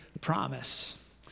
promise